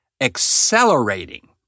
accelerating